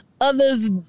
Others